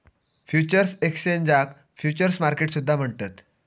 futures एक्सचेंजाक futures market सुद्धा म्हणतत